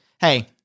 hey